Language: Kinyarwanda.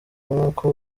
nkuko